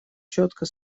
четко